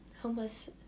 homeless